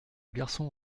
garçon